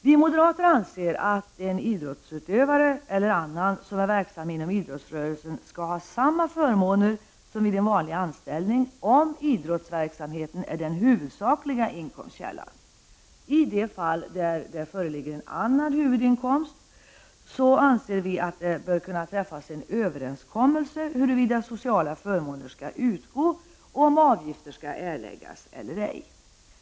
Vi moderater anser att en idrottsutövare eller annan som är verksam inom idrottsrörelsen skall ha samma förmåner som vid en vanlig anställning, om idrottsverksamheten är den huvudsakliga inkomstkällan. I de fall där det föreligger en annan huvudinkomst, anser vi att det bör kunna träffas en överenskommelse huruvida sociala förmåner skall utgå och om avgifter skall erläggas eller ej.